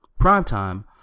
Primetime